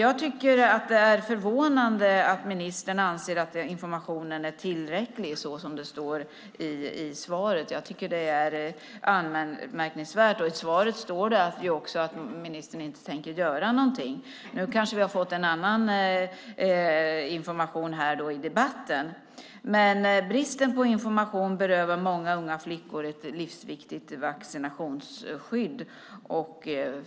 Jag tycker alltså att det är förvånande att ministern anser att informationen är tillräcklig - enligt vad som står i svaret. Detta är anmärkningsvärt. I svaret står det ju att ministern inte tänker göra någonting. Men i debatten här har vi kanske fått ett annat besked. Bristen på information berövar många unga flickor ett livsviktigt vaccinationsskydd.